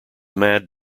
mad